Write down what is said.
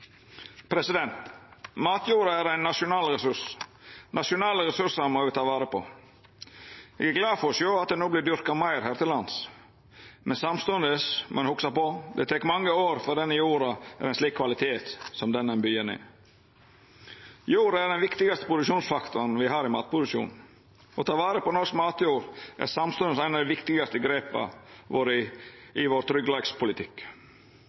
er ein nasjonal ressurs. Nasjonale ressursar må me ta vare på. Eg er glad for å sjå at det no vert dyrka meir her til lands, men samstundes må ein hugsa på at det tek mange år før denne jorda er av ein slik kvalitet som den ein byggjer ned. Jorda er den viktigaste produksjonsfaktoren me har i matproduksjonen. Å ta vare på norsk matjord er samstundes eit av dei viktigaste grepa